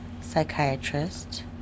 psychiatrist